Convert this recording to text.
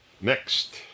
next